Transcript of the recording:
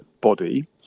body